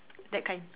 that kind